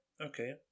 okay